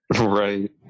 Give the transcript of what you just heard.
Right